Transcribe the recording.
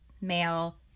male